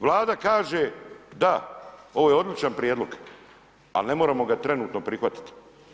Vlada kaže, da, ovo je odličan prijedlog, ali ne moramo ga trenutno prihvatiti.